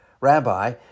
Rabbi